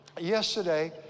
yesterday